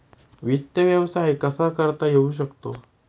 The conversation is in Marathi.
वित्त व्यवसाय कसा करता येऊ शकतो?